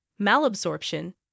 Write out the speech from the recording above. malabsorption